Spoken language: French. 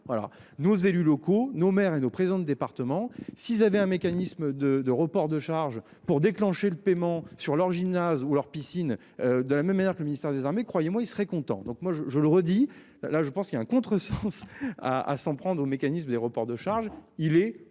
Voilà nos élus locaux nos mères et nos présidents de départements, s'ils avaient un mécanisme de de reports de charges pour déclencher le paiement sur leur gymnase ou leur piscine. De la même manière, le ministère des Armées, croyez-moi, il serait content. Donc moi je, je le redis, là je pense qu'il y a un contresens à à s'en prendre aux mécanismes des reports de charges, il est